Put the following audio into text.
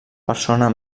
persona